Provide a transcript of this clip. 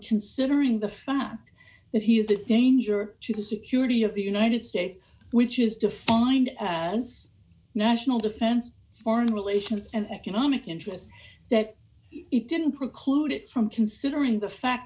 considering the fact that he is a danger to the security of the united states which is defined as national defense foreign relations and economic interests that it didn't preclude it from considering